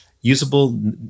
usable